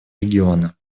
региона